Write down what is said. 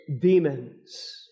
demons